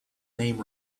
name